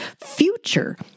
future